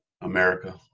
america